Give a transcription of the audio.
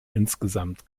insgesamt